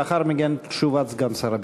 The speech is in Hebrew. לאחר מכן, תשובת סגן שר הביטחון.